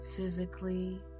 physically